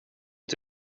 ett